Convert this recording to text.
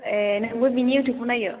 ए नोंबो बेनि इउटुबखौ नायो